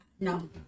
No